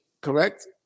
correct